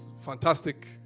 fantastic